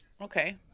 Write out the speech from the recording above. Okay